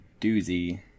doozy